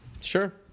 sure